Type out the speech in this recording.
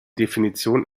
definition